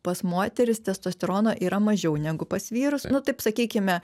pas moteris testosterono yra mažiau negu pas vyrus nu taip sakykime